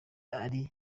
ari